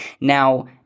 Now